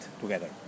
together